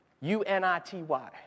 U-N-I-T-Y